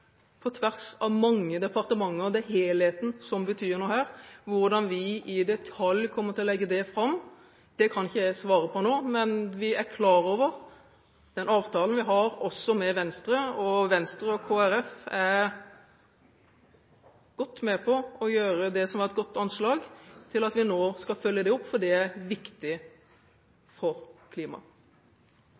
på tvers av mange departementer, og det er helheten som betyr noe her. Hvordan vi i detalj kommer til å legge det fram, kan ikke jeg svare på nå, men vi er klar over den avtalen vi har – også med Venstre. Venstre og Kristelig Folkeparti er godt med på å gjøre det som er et godt anslag, slik at vi nå skal følge det opp, og det er viktig for klimaet.